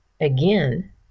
again